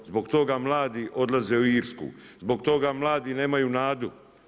Zbog toga mladi odlaze u Irsku, zbog toga mladi nemaju nadu.